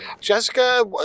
Jessica